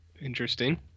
Interesting